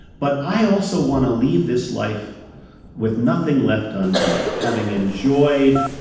but i also want to leave this life with nothing left undone, having enjoyed,